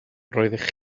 roeddech